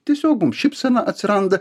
tiesiog mum šypsena atsiranda